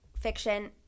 fiction